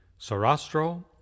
Sarastro